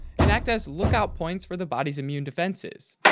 and act as lookout points for the body's immune defenses.